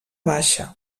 baixa